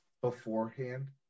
beforehand